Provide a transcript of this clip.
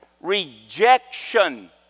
rejection